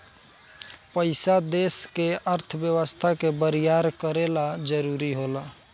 पइसा देश के अर्थव्यवस्था के बरियार करे ला जरुरी होला